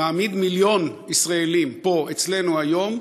מעמיד מיליון ישראלים, פה, אצלנו, היום,